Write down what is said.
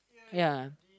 ya